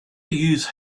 use